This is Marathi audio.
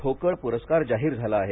ठोकळ पुरस्कार जाहीर झाला आहे